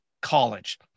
College